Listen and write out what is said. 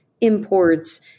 imports